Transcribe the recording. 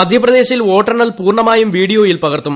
മധ്യപ്രദേശിൽ വോട്ടെണ്ണൽ പൂർണമായും വീഡിയോയിൽ പകർത്തും